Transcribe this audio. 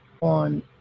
on